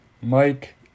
Mike